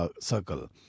Circle